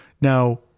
Now